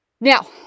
now